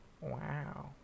wow